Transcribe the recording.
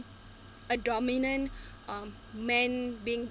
a dominant um men being